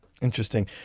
Interesting